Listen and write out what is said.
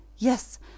Yes